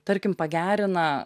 tarkim pagerina